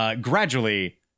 gradually